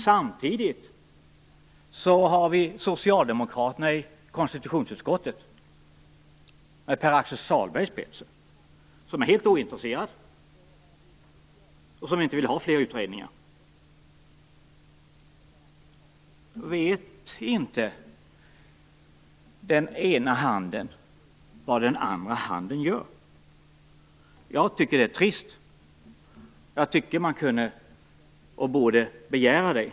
Samtidigt har vi socialdemokraterna i konstitutionsutskottet, med Pär-Axel Sahlberg i spetsen, som är helt ointresserade, och som inte vill ha fler utredningar. Vet inte den ena handen vad den andra handen gör? Jag tycker att det är trist. Jag tycker att man kunde, och borde, begära detta.